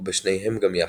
או בשניהם גם יחד.